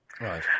Right